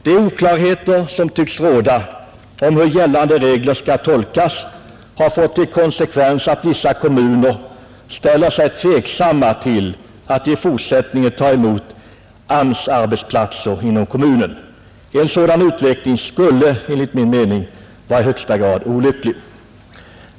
De oklarheter som tycks råda om hur gällande regler skall tolkas har fått till konsekvens att vissa kommuner ställer sig tveksamma till att i fortsättningen ta emot AMS-arbetsplatser inom kommunen. En sådan utveckling skulle enligt min mening vara i högsta grad olycklig.